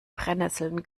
brennnesseln